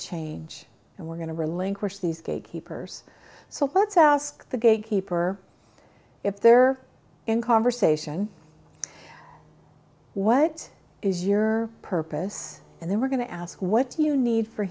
change and we're going to relinquish these gatekeepers so let's ask the gatekeeper if they're in conversation what is your purpose and then we're going to ask what you need for